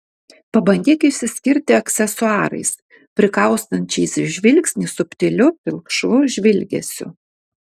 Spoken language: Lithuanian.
pabandyk išsiskirti aksesuarais prikaustančiais žvilgsnį subtiliu pilkšvu žvilgesiu